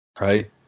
Right